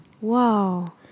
Wow